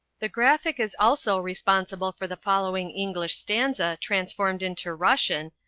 the graphic is also responsible for the following english stanza transformed into russian,